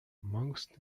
amongst